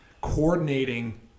coordinating